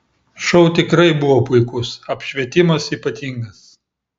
šou tikrai buvo puikus apšvietimas ypatingas